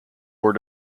were